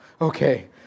Okay